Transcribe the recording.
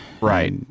Right